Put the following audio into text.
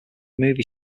movie